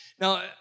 Now